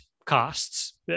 costs